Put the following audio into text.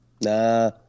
nah